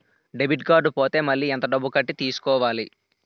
Debit card పోతే మళ్ళీ ఎంత డబ్బు కట్టి తీసుకోవాలి?